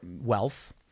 wealth